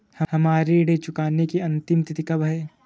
हमारी ऋण चुकाने की अंतिम तिथि कब है?